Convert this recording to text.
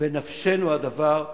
בנפשנו הדבר.